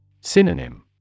Synonym